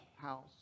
house